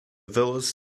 villas